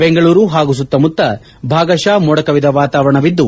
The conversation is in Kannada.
ಬೆಂಗಳೂರು ಹಾಗೂ ಸುತ್ತಮುತ್ತ ಭಾಗಶಃ ಮೋಡ ಕವಿದ ವಾತಾವರಣವಿದ್ದು